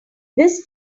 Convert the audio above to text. this